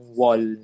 wall